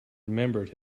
remembered